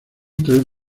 tres